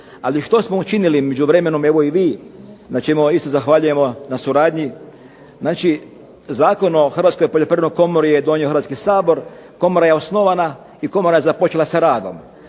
Ali što smo učinili u međuvremenu evo i vi na čemu vam isto zahvaljujemo na suradnji. Znači Zakon o poljoprivrednoj komori je donio Hrvatski sabor, komora je osnovana i komora je počela sa radom.